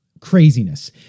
craziness